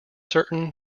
certain